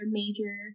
major